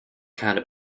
kinda